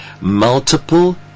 multiple